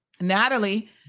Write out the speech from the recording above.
Natalie